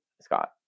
scott